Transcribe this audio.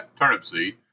Turnipseed